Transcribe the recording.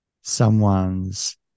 someone's